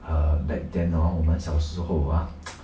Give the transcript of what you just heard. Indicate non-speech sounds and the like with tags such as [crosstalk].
err back then orh 我们小时候 ah [noise]